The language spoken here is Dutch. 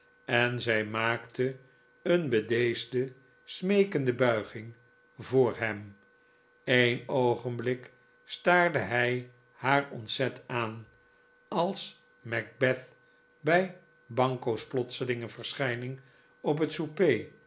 en zij maakte een bedeesde smeekende buiging voor hem een oogenblik staarde hij haar ontzet aan als macbeth bij banquo's plotselinge verschijning op het